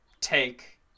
take